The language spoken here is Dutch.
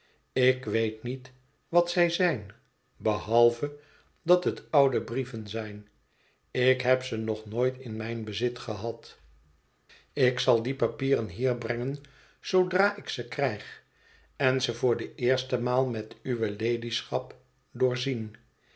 ik weet niet wat zij zijn behalve dat het oude brieven zijn ik heb ze nog nooit in mijn bezit gehad ik zal die pahet jonge mensgh wenscht mylady goedenavond pieren hier brengen zoodra ik ze krijg en zé voor de eerste maal met uwe ladyschap doorzien